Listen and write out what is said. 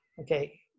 okay